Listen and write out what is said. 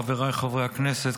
חבריי חברי הכנסת,